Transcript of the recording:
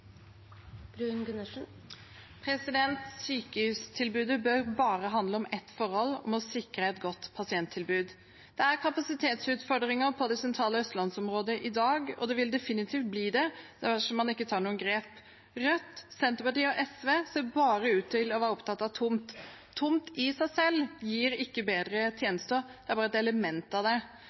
bør handle om bare ett forhold, om å sikre et godt pasienttilbud. Det er kapasitetsutfordringer på det sentrale Østlands-området i dag, og det vil definitivt bli det dersom man ikke tar noen grep. Rødt, Senterpartiet og SV ser ut til bare å være opptatt av tomt. Tomt i seg selv gir ikke bedre tjenester, det er bare et element av det.